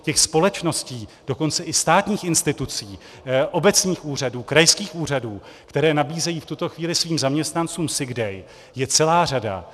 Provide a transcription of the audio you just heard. Těch společností, dokonce i státních institucí, obecních úřadů, krajských úřadů, které nabízejí v tuto chvíli svým zaměstnancům sick day, je celá řada.